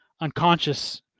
unconscious